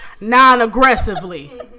non-aggressively